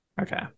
Okay